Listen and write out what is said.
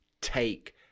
take